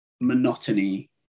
monotony